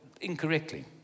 incorrectly